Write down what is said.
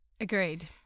Agreed